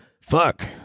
fuck